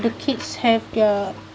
the kids have their